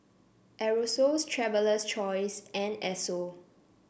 Aerosoles Traveler's Choice and Esso